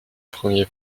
premier